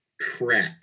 crap